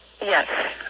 Yes